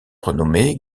renommés